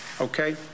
Okay